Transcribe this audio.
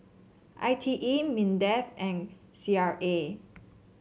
I T E Mindefand C R A